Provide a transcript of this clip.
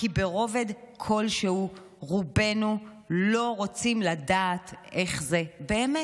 כי ברובד כלשהו רובנו לא רוצים לדעת איך זה באמת.